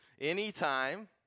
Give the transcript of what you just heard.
anytime